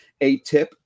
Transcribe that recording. ATIP